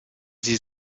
sie